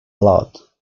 lot